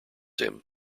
him